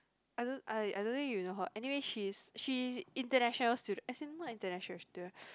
I don't I I don't even know you know her anyway she's she international student as in not international student